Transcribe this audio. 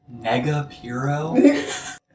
Negapiro